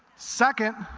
second,